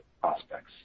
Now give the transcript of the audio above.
prospects